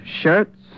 shirts